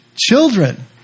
Children